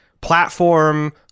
platform